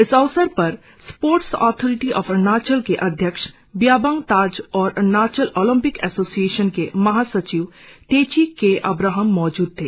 इस अवसर पर स्पोर्ट्स ऑथोरिटी ऑफ अरुणाचल के अध्यक्ष ब्याबंग ताज और अरुणाचल ओलंपिक एसोसिएशन के महासचिव तेची के अबह्रम मौजूद थे